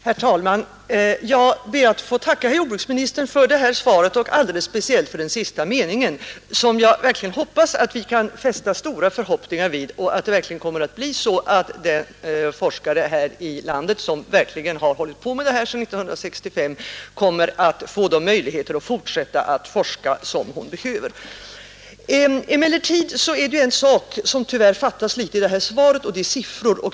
Herr talman! Jag ber att få tacka herr jordbruksministern för det här svaret och alldeles speciellt för den sista meningen, som jag verkligen önskar att vi kan fästa stora förhoppningar vid, så att de forskare här i landet som har hållit på med detta sedan 1965 kommer att få de möjligheter till fortsatt forskning som de behöver. Emellertid är det något som tyvärr fattas i svaret, nämligen siffror.